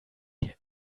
dir